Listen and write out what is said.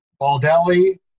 Baldelli